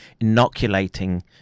inoculating